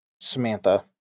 Samantha